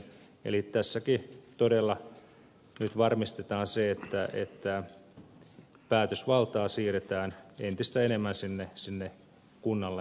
eli tässäkin todella nyt varmistetaan se että päätösvaltaa siirretään entistä enemmän sinne kunnalle itselleen